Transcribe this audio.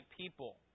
people